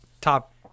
Top